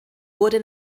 wurde